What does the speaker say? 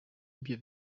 ibyo